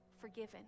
forgiven